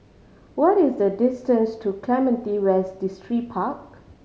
what is the distance to Clementi West Distripark